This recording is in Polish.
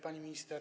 Pani Minister!